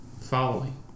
following